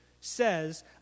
says